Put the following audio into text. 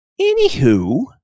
Anywho